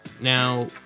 Now